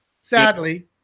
sadly